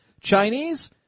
Chinese